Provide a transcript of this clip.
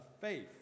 faith